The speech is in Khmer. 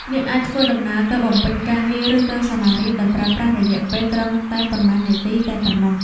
អ្នកអាចធ្វើដំណើរទៅបំពេញការងារឬទៅសាលារៀនដោយប្រើប្រាស់រយៈពេលត្រឹមតែប៉ុន្មាននាទីតែប៉ុណ្ណោះ។